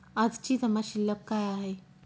आजची जमा शिल्लक काय आहे?